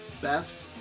best